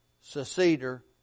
seceder